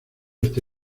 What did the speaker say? está